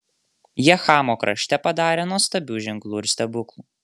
jie chamo krašte padarė nuostabių ženklų ir stebuklų